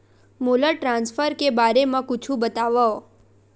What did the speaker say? मोला ट्रान्सफर के बारे मा कुछु बतावव?